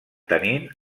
tenint